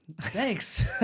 thanks